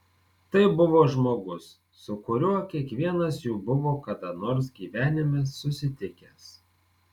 tai buvo žmogus su kuriuo kiekvienas jų buvo kada nors gyvenime susitikęs